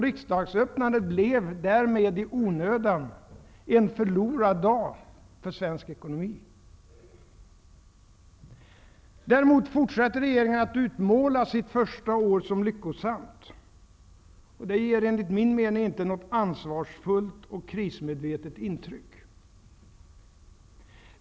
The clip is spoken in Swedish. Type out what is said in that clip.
Riksdagsöppnandet blev därmed i onödan en förlorad dag för svensk ekonomi. Regeringen fortsatte däremot att utmåla sitt första år som lyckosamt. Det ger enligt min mening inte något ansvarsfullt och krismedvetet intryck.